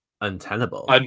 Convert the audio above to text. untenable